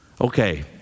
okay